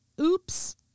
Oops